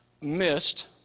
missed